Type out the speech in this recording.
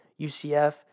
UCF